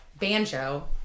banjo